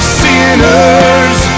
sinners